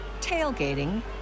tailgating